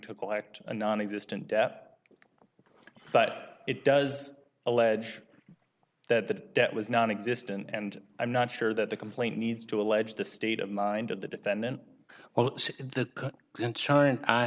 to collect a nonexistent debt but it does allege that the debt was nonexistent and i'm not sure that the complaint needs to allege the state of mind of the defendant